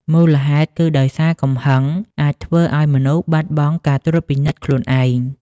មូលហេតុគឺដោយសារកំហឹងអាចធ្វើឲ្យមនុស្សបាត់បង់ការត្រួតពិនិត្យខ្លួនឯង។